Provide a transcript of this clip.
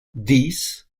dies